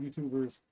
YouTubers